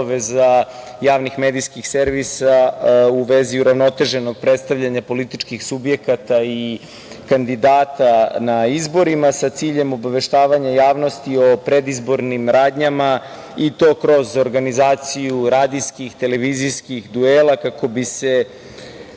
javnih medijskih servisa u vezi uravnoteženog predstavljanja političkih subjekata i kandidata na izborima, sa ciljem obaveštavanja javnosti o predizbornim radnjama i to kroz organizaciju radijskih, televizijskih duela kako bi se